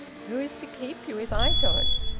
who is to keep you if i don't?